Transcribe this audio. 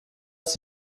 ist